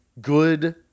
good